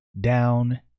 down